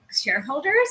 shareholders